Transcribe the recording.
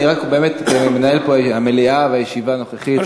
אני רק באמת מנהל את המליאה והישיבה הנוכחית.